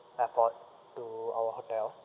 airport to our hotel